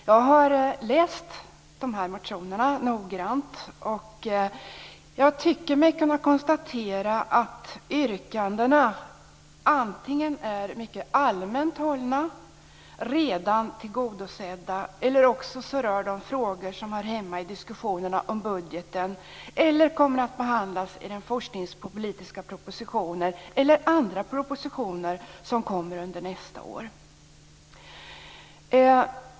Jag har noga läst motionerna och tycker mig kunna konstatera att yrkandena antingen är mycket allmänt hållna eller redan tillgodosedda eller rör frågor som hör hemma i diskussionerna om budgeten eller också kommer att behandlas i den forskningspolitiska propositionen eller i andra propositioner som kommer nästa år.